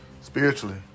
Spiritually